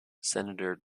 senator